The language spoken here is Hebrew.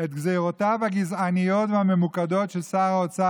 את גזרותיו הגזעניות והממוקדות של שר האוצר